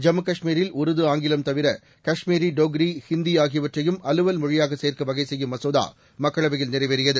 ஜம்மு காஷ்மீரில் உருது ஆங்கிலம் தவிர காஷ்மீரி டோக்ரி ஹிந்தி ஆகியவற்றையும் அலுவல் மொழியாக சேர்க்க வகைசெய்யும் மசோதா மக்களவையில் நிறைவேறியது